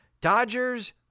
Dodgers